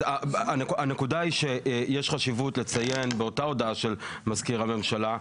אז הנקודה היא שיש חשיבות לציין באותה הודעה של מזכיר הממשלה,